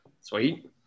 Sweet